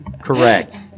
Correct